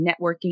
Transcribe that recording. networking